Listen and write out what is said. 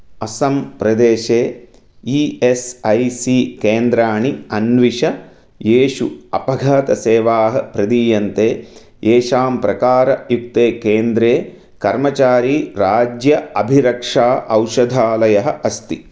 अस्सं प्रदेशे E S I C केन्द्राणि अन्विष येषु अपघातसेवाः प्रदीयन्ते येषां प्रकारयुक्ते केन्द्रे कर्मचारी राज्यम् अभिरक्षा औषधालयः अस्ति